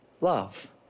love